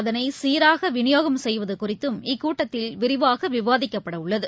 அதனை சீராக விநியோகம் செய்வது குறித்தும் இக்கூட்டத்தில் விரிவாக விவாதிக்கப்பட உள்ளது